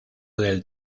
del